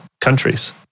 countries